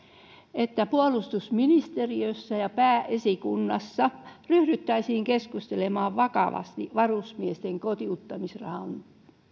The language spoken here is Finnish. että puolustusministeriössä ja pääesikunnassa ryhdyttäisiin keskustelemaan vakavasti varusmiesten kotiuttamisrahan